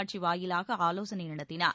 காட்சி வாயிலாக ஆலோசனை நடத்தினார்